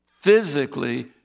Physically